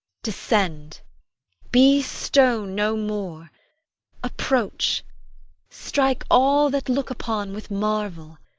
descend be stone no more approach strike all that look upon with marvel.